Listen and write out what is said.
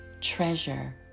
treasure